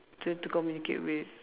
to to communicate with